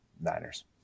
Niners